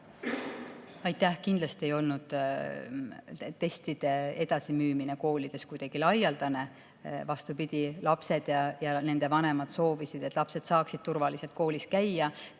Aitäh! Kindlasti ei olnud testide edasimüümine koolides kuidagi laialdane. Vastupidi, lapsed ja nende vanemad soovisid, et lapsed saaksid turvaliselt koolis käia.